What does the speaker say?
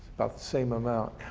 the same amount.